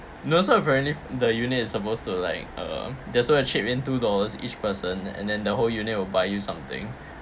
no so apparently the unit is supposed to like um that's why chip in two dollars each person and then the whole unit will buy you something